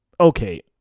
okay